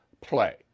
play